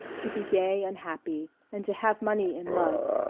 to be gay and happy, and to have money and love.